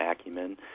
acumen